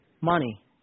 money